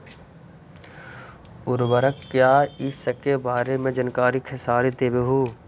उर्वरक क्या इ सके बारे मे जानकारी खेसारी देबहू?